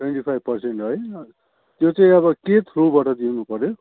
twenty five percent है त्यो चाहिँ अब के थ्रुबाट दिनुपऱ्यो